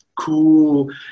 cool